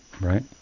right